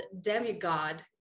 demigod